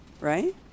Right